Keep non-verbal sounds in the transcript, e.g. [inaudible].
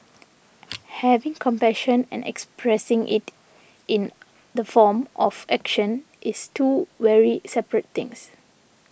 [noise] having compassion and expressing it in the form of action is two very separate things